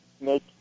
make